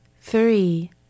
Three